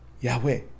Yahweh